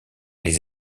les